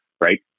right